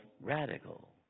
radical